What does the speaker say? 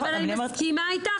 אני מסכימה איתך,